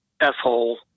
F-hole